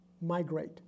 migrate